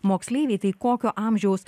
moksleiviai tai kokio amžiaus